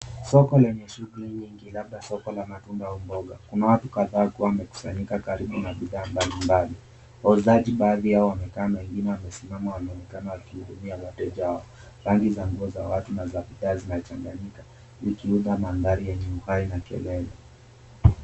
Soko lenye shughuli nyingi, labda soko la matunda au mboga, kuna watu kadhaa wakiwa wamekusanyika karibu na bidhaa mbali mbali, wauzaji baadhi yao wamekaa, wengine wamesimama, wanaonekana wakihudumia wateja wao, rangi za nguo za watu na bidhaa zinachanganyika, ikiunda manthari yenye uhai na kelele.